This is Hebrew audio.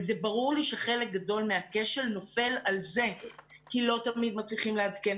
ברור לי שחלק גדול מהכשל נופל על זה כי לא תמיד מצליחים לעדכן